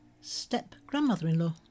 step-grandmother-in-law